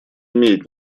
имеет